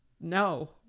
no